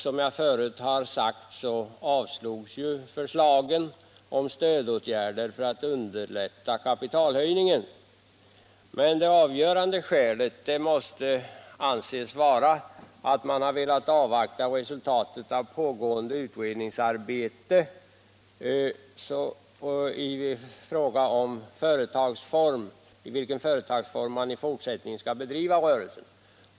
Som jag förut sagt avslogs förslagen beträffande stödåtgärder för att underlätta kapitalhöjningen, men det avgörande skälet måste anses vara att man har velat avvakta resultatet av pågående utredningsarbete när det gäller i vilken företagsform rörelsen i fortsättningen skall bedriva.